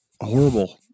horrible